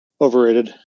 Overrated